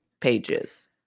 pages